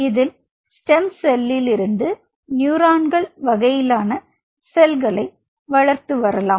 இதில் ஸ்டெம் செல்லிலிருந்து நியூரான்கள் வகையிலான செல்களை வளர்த்து வரலாம்